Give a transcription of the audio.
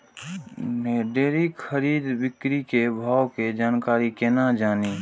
Daily खरीद बिक्री के भाव के जानकारी केना जानी?